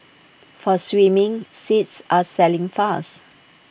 for swimming seats are selling fast